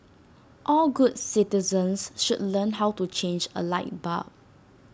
all good citizens should learn how to change A light bulb